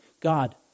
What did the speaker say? God